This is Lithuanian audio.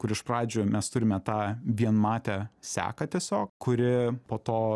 kur iš pradžių mes turime tą vienmatę seką tiesiog kuri po to